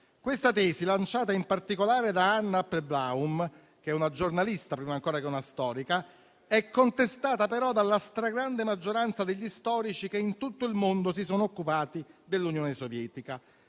Questa tesi, lanciata in particolare da Anne Applebaum, che è una giornalista, prima ancora che una storica, è contestata dalla stragrande maggioranza degli storici che in tutto il mondo si sono occupati dell'Unione Sovietica.